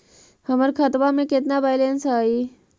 हमर खतबा में केतना बैलेंस हई?